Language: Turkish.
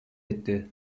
etti